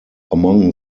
among